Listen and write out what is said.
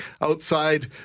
outside